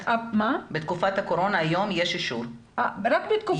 בתקופת הקורונה, יש אישור לעבוד.